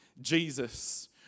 Jesus